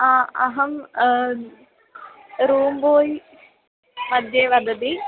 अहं room boy मध्ये वदति